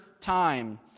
time